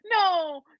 no